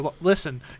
Listen